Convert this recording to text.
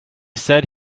said